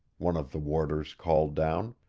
one of the warders called down.